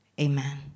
Amen